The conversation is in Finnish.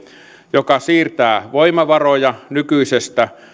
joka siirtää voimavaroja nykyisistä